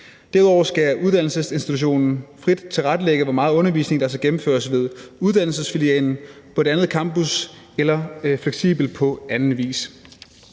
Derudover skal uddannelsesinstitutionen frit tilrettelægge, hvor meget undervisning der skal gennemføres ved uddannelsesfilialen, på en anden campus eller fleksibelt på anden vis.